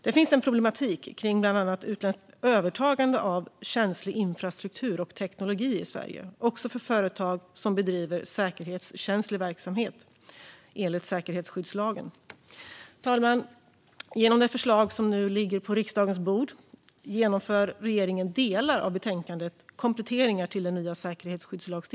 Det finns en problematik kring bland annat utländskt övertagande av känslig infrastruktur och teknologi i Sverige, också för företag som bedriver säkerhetskänslig verksamhet enligt säkerhetsskyddslagen. Fru talman! Genom det förslag som nu ligger på riksdagens bord genomför regeringen delar av betänkandet Kompletteringar till den nya säkerhetsskyddslagen .